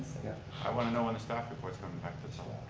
i want to know when the staff report's coming back, that's all.